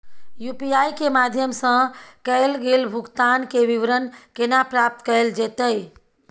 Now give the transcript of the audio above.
UPI के माध्यम सं कैल गेल भुगतान, के विवरण केना प्राप्त कैल जेतै?